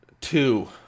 two